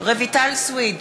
הכנסת